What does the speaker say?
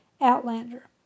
Outlander